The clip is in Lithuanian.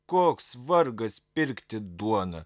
koks vargas pirkti duoną